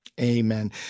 amen